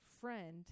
friend